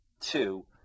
Two